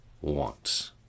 wants